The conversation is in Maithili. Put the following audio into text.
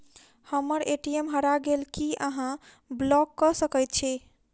हम्मर ए.टी.एम हरा गेल की अहाँ ब्लॉक कऽ सकैत छी?